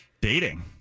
Dating